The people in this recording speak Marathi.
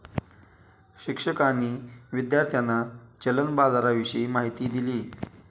शिक्षकांनी विद्यार्थ्यांना चलन बाजाराविषयी माहिती दिली